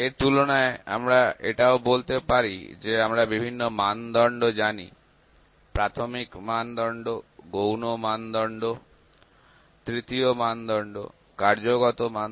এর তুলনায় আমরা এটাও বলতে পারি যে আমরা বিভিন্ন মানদণ্ড জানি প্রাথমিক মান গৌণ মান তৃতীয় মান কার্যগত মান